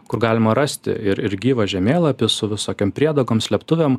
kur galima rasti ir ir gyvą žemėlapį su visokiom priebėgom slėptuvėm